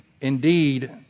indeed